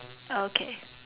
okay